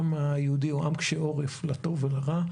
העם היהודי הוא עם קשה עורף לטוב ולרע,